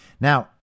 Now